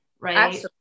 right